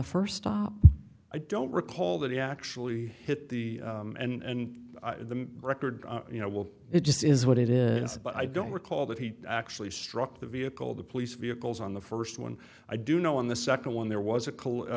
stop i don't recall that he actually hit the and the record you know will it just is what it is but i don't recall that he actually struck the vehicle the police vehicles on the first one i do know on the second one there was a